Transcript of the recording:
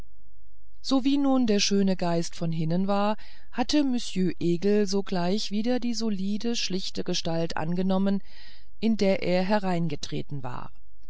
sowie nun der schöne geist von hinnen war hatte monsieur egel sogleich wieder die solide schlichte gestalt angenommen in der er hereingetreten war